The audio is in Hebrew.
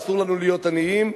אסור לנו להיות עניים,